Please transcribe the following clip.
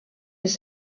les